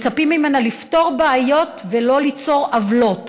מצפים ממנה לפתור בעיות ולא ליצור עוולות.